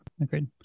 agreed